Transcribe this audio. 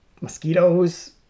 mosquitoes